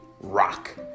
rock